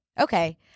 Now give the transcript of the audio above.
Okay